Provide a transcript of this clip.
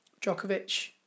Djokovic